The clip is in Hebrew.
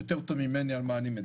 טוב ממני על מה אני מדבר.